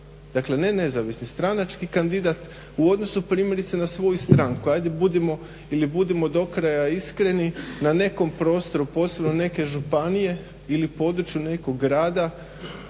dakle ne nezavisni, stranački kandidat u odnosu primjerice na svoju stranku. Ajde budimo do kraja iskreni na nekom prostoru, posebno neke županije ili području nekog grada,